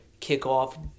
kickoff